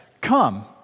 come